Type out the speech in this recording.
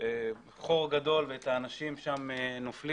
את החור הגדול ואת האנשים שנופלים,